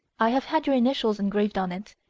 i have had your initials engraved on it,